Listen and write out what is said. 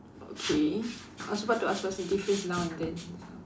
okay I was about to ask what's the difference now and then